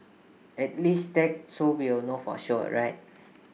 at least tag so we'll know for sure right